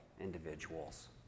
individuals